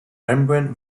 membrane